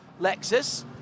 Lexus